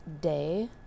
day